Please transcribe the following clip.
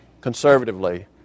conservatively